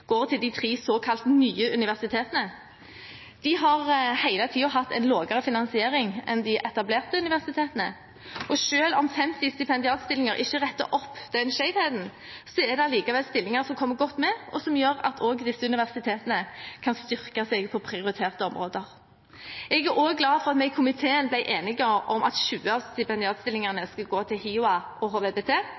tre såkalt nye universitetene. De har hele tiden hatt en lavere finansiering enn de etablerte universitetene. Selv om 50 stipendiatstillinger ikke retter opp den skjevheten, er det likevel stillinger som kommer godt med, og som gjør at også disse universitetene kan styrke seg på prioriterte områder. Jeg er også glad for at vi i komiteen ble enige om at 20 av stipendiatstillingene skulle gå til HiOA og